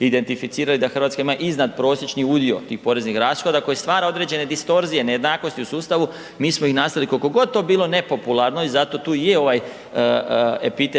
identificirali da Hrvatska ima iznad prosječni udio tih poreznih rashoda koji stvara određene distorzije, nejednakosti u sustavu, mi smo ih nastojali koliko god to bilo nepopularno i zato tu i je ovaj epitet